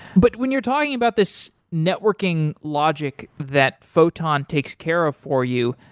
but when you're talking about this networking logic that photon takes care of for you,